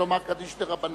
לומר קדיש דרבנן.